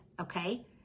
okay